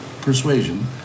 persuasion